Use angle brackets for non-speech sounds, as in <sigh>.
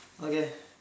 okay <breath>